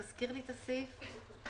תזכיר לי את הסעיף הזה.